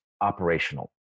operational